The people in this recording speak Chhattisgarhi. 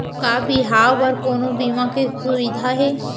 का बिहाव बर कोनो बीमा के सुविधा हे?